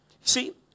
See